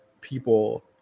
people